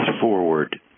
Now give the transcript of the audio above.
forward